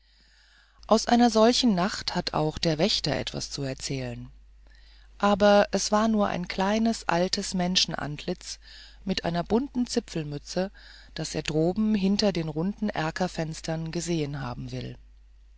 aus einer solchen nacht hat auch der wächter etwas zu erzählen aber es ist nur ein kleines altes menschenantlitz mit einer bunten zipfelmütze das er droben hinter den runden erkerfenstern gesehen haben will